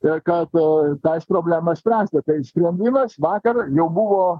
ir kad tas problemas spręsti tai sprendimas vakar jau buvo